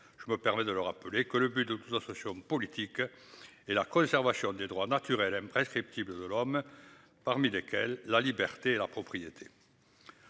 Je me permets de le rappeler que le but de toute façon je suis un homme politique. Est la conservation des droits naturels imprescriptibles de l'homme, parmi lesquelles la liberté la propriété.